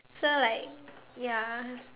so like ya